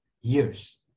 years